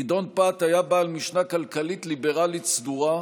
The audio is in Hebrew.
גדעון פת היה בעל משנה כלכלית ליברלית סדורה,